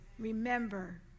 remember